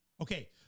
Okay